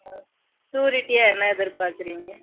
ஸ்யூரிட்டியா என்ன எதிர்பார்க்குறீங்க